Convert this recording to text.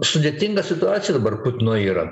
sudėtinga situacija dabar putino yra